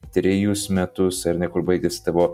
trejus metus ar ne kur baigėsi tavo